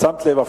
את שמת לב,